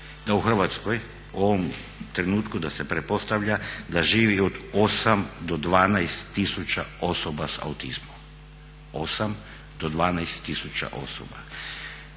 da u Hrvatskoj u ovom trenutku da se pretpostavlja da živi od 8 do 12 tisuća osoba s autizmom. Ovo samo